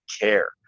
care